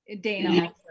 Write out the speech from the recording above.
Dana